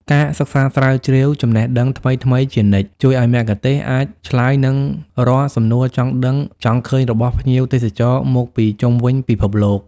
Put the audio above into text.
ការសិក្សាស្រាវជ្រាវចំណេះដឹងថ្មីៗជានិច្ច ជួយឱ្យមគ្គុទ្ទេសក៍អាចឆ្លើយនឹងរាល់សំណួរចង់ដឹងចង់ឃើញរបស់ភ្ញៀវទេសចរមកពីជុំវិញពិភពលោក។